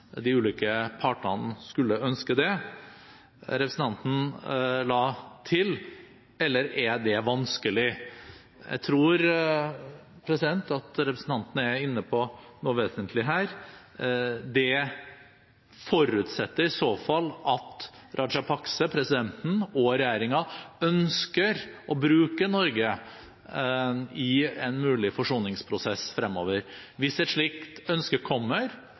de ulike partene skulle ønske det. Representanten la til «eller er det vanskelig?» Jeg tror at representanten er inne på noe vesentlig her. Det forutsetter i så fall at Rajapaksa, presidenten, og regjeringen ønsker å bruke Norge i en mulig forsoningsprosess fremover. Hvis et slikt ønske kommer,